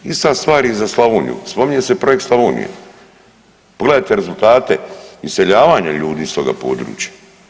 Ista stvar je i za Slavoniju, spominje se projekt Slavonija, pogledajte rezultate iseljavanja ljudi iz toga područja.